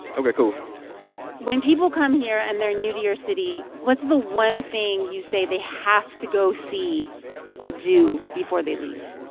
ok. cool when people come here and they are new to your city, what's the one thing you say they have to go see or do before they leave?